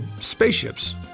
spaceships